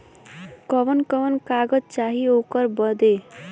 कवन कवन कागज चाही ओकर बदे?